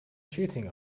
cheating